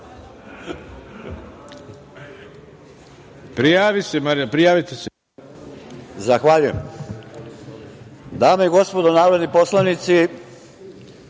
prijavite se.